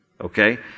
Okay